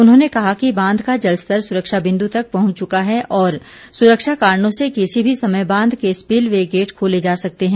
उन्होंने कहा कि बांध का जलस्तर सुरक्षा बिंदू तक पहुंच चुका है और सुरक्षा कारणों से किसी भी समय बांध के स्पिलवे गेट खोले जा सकते हैं